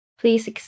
Please